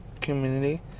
community